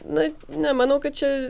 na nemanau kad čia